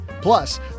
plus